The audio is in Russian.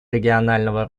регионального